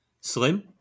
Slim